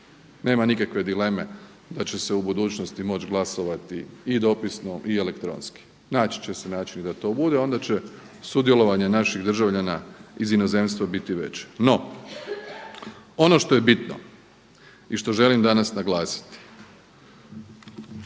nema nikakve dileme da će se u budućnosti moći glasovati i dopisno i elektronski. Naći će se način da to bude, onda će sudjelovanje naših državljana iz inozemstva biti veće. No, ono što je bitno i što želim danas naglasiti